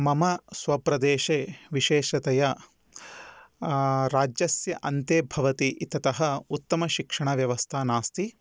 मम स्वप्रदेशे विशेषतया राजस्य अन्ते भवति इत्यतः उत्तमशिक्षणव्यवस्था नास्ति